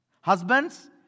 Husbands